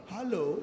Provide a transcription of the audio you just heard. Hello